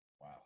Wow